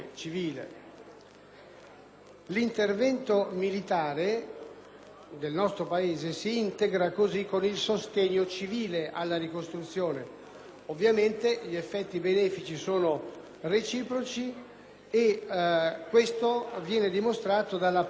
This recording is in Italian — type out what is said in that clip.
del nostro Paese si integra così con il sostegno civile alla ricostruzione. Ovviamente, gli effetti benefici sono reciproci e questo viene dimostrato dalla priorità assoluta che il provvedimento assegna